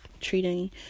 treating